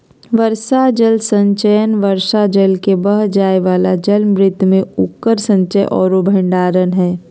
वर्षा जल संचयन वर्षा जल के बह जाय वाला जलभृत में उकर संचय औरो भंडारण हइ